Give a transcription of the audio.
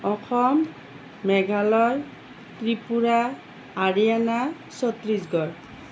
Assam Meghalaya Tripura Haryana Chhattisgarh